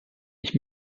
ich